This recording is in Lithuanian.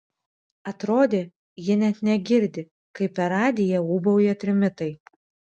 atrodė ji net negirdi kaip per radiją ūbauja trimitai